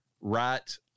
right